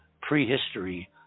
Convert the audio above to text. prehistory